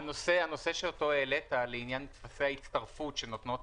הנושא שאותו העלית לעניין טפסי ההצטרפות שנותנות